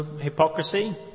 hypocrisy